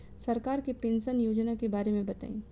सरकार के पेंशन योजना के बारे में बताईं?